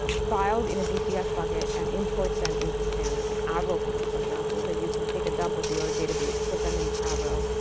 files in a gcs bucket and import them into spanner. like avro files, for example, that you can take a dump of your database, put them in avro,